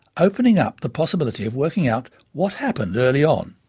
opening up the possibility of working out what happened early on.